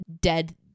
dead